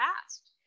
past